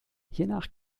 hiernach